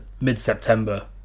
mid-September